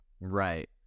right